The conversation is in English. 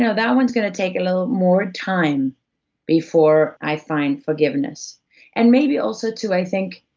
yeah that one's gonna take a little more time before i find forgiveness and maybe also too, i think,